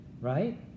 Right